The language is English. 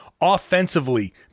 offensively